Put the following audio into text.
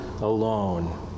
alone